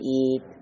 eat